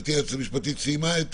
גברתי היועצת המשפטית סיימה את